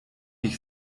ich